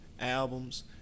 albums